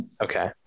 Okay